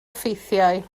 effeithiau